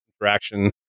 interaction